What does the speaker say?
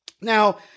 Now